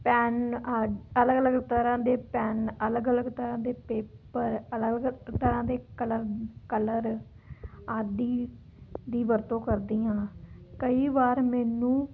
pen ਅਡ ਅਲੱਗ ਅਲੱਗ ਤਰ੍ਹਾਂ ਦੇ ਪੈਨ ਅਲੱਗ ਅਲੱਗ ਤਰ੍ਹਾਂ ਦੇ ਪੇਪਰ ਅਲੱਗ ਅਲੱਗ ਤਰ੍ਹਾਂ ਦੇ ਕਲਰ ਕਲਰ ਆਦਿ ਦੀ ਵਰਤੋਂ ਕਰਦੀ ਹਾਂ ਕਈ ਵਾਰ ਮੈਨੂੰ